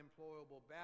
unemployable